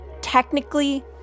technically